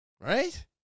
right